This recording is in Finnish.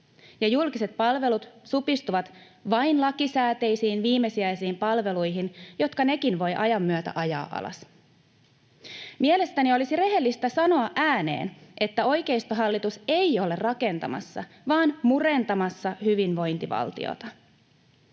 julkiset palvelut supistuvat vain lakisääteisiin viimesijaisiin palveluihin, jotka nekin voi ajan myötä ajaa alas. Mielestäni olisi rehellistä sanoa ääneen, että oikeistohallitus ei ole rakentamassa vaan murentamassa hyvinvointivaltiota.